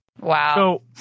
Wow